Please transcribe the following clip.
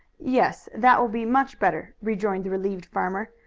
yes, that will be much better, rejoined the relieved farmer.